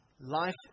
Life